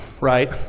right